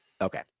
Okay